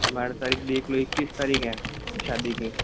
हमारी तारीख देख लो इक्कीस तारीख है शादी की